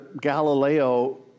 Galileo